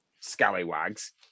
Scallywags